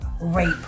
rape